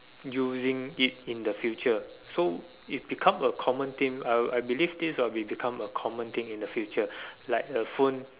using it in the future so it become a common thing I I believe this will be become a common thing in the future like a phone